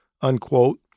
unquote